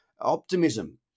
optimism